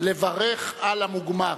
לברך על המוגמר.